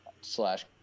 slash